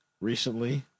recently